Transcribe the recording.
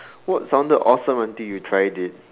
what sounded awesome until you tried it